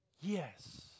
Yes